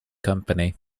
company